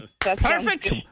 perfect